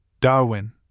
Darwin